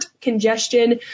congestion